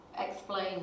explain